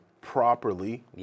properly